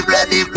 Ready